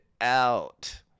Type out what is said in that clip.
out